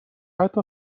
حتی